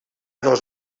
dos